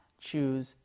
choose